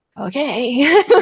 Okay